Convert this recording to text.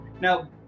Now